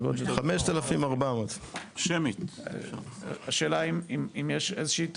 5400. השאלה אם יש איזושהי תוכנית.